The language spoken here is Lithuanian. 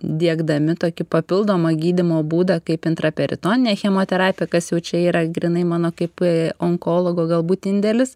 diegdami tokį papildomą gydymo būdą kaip intraperitoninė chemoterapija kas jau čia yra grynai mano kaip onkologo galbūt indėlis